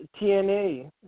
TNA